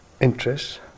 interests